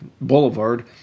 Boulevard